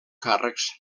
càrrecs